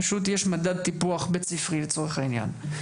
פשוט יש מדד טיפוח בית ספרי לצורך העניין.